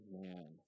man